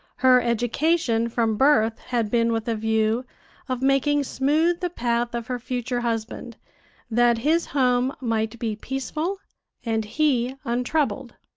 her education from birth had been with a view of making smooth the path of her future husband that his home might be peaceful and he untroubled.